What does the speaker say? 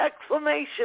Exclamation